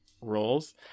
roles